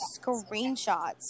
screenshots